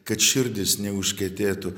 kad širdys neužkietėtų